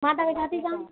मां तव्हांखे छा थी चवां